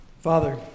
Father